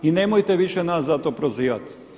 I nemojte više nas za to prozivati.